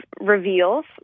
reveals